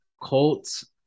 Colts